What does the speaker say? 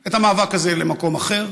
את המאבק הזה למקום אחר,